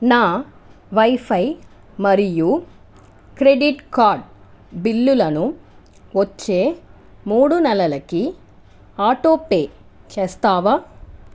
నా వైఫై మరియు credit card బిల్లులను వచ్చే మూడు నెలలకి ఆటోపే చేస్తావా